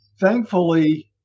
thankfully